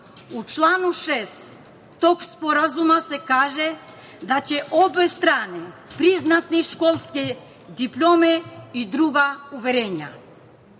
U članu 6. tog sporazuma se kaže da će obe strane priznati školske diplome i druga uverenja.